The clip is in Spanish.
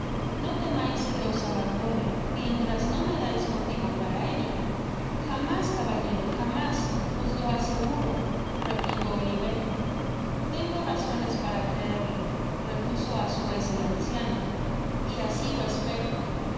no temais que os abandone mientras no me dais motivo para ello jamás caballero jamás os lo aseguro replicó oliverio tengo razones para creerlorepuso á su vez el anciano y asi lo espero lis verdad que